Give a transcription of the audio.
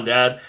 Dad